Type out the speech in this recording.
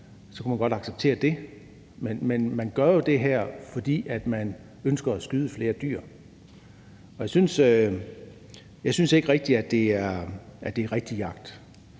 så kunne man godt acceptere det. Men man gør jo det her, fordi man ønsker at skyde flere dyr. Jeg synes ikke rigtig, at det er rigtig jagt,